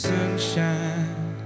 Sunshine